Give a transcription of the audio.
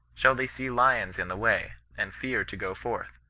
shall they see lions in the way, and fear to go forth?